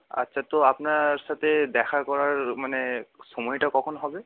আচ্ছা তো আপনার সাথে দেখা করার মানে সময়টা কখন হবে